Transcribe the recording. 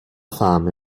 fame